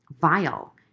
vile